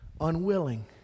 unwilling